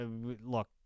look